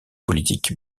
politique